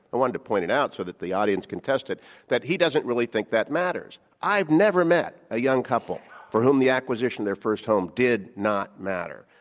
wanted to point it out so that the audience contest it that he doesn't really think that matters. i've never met a young couple for whom the acquisition of their first home did not matter.